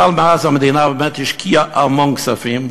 אבל מאז המדינה באמת השקיעה המון כספים,